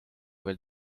veel